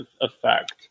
effect